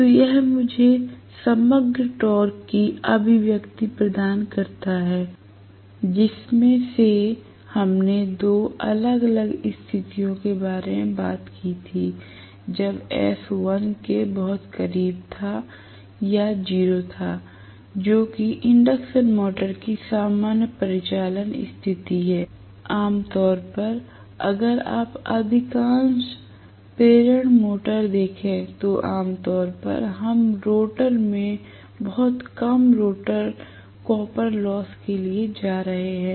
तो यह मुझे समग्र टॉर्क की अभिव्यक्ति प्रदान करता है जिसमें से हमने 2 अलग अलग स्थितियों के बारे में बात की थी जब s 1 से बहुत कम था या 0 था जो कि इंडक्शन मोटर की सामान्य परिचालन स्थिति है आम तौर पर अगर आप अधिकांश प्रेरण मोटर्स देखें तो आमतौर पर हम रोटर में बहुत कम रोटर कॉपर लॉस के लिए जा रहे हैं